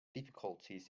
difficulties